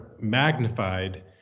magnified